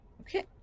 okay